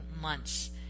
months